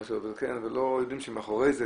ולא יודעים שמאחורי זה,